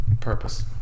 purpose